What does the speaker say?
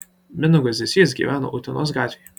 mindaugas ziezys gyvena utenos gatvėje